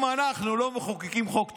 אם אנחנו לא מחוקקים חוק טוב,